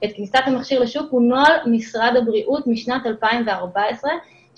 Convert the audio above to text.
את כניסת המכשיר לשוק הוא נוהל משרד הבריאות משנת 2014 שמגדיר